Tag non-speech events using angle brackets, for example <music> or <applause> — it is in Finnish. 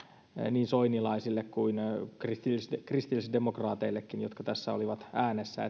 niin soinilaisille kuin kristillisdemokraateillekin jotka tässä olivat äänessä <unintelligible>